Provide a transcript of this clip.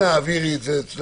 אנא הבהירי את זה אצלך.